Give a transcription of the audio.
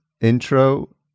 intro